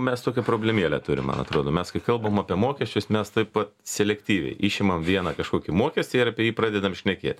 mes tokią problemėlę turim man atrodo mes kalbam apie mokesčius mes taip vat selektyviai išimam vieną kažkokį mokestį ir apie jį pradedam šnekėt